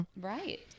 right